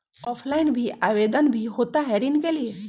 Offline भी आवेदन भी होता है ऋण के लिए?